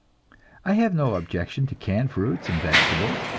i have no objection to canned fruits and vegetables,